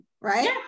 right